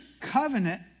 covenant